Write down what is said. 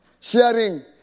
Sharing